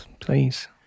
Please